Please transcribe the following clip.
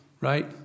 right